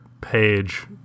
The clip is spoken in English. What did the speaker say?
page